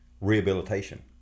rehabilitation